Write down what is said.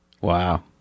Wow